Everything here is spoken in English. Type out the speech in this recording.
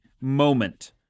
moment